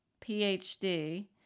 phd